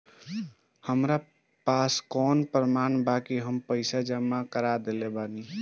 हमरा पास कौन प्रमाण बा कि हम पईसा जमा कर देली बारी?